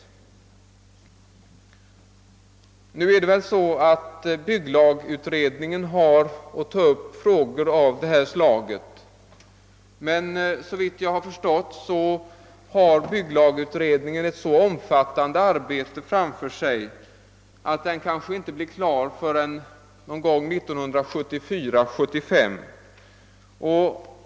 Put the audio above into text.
Visserligen är det bygglagutredningen som har att utreda frågor av detta slag. Men såvitt jag har förstått har den utredningen ett så omfattande arbete framför sig att den kanske inte blir klar förrän 1974—1975.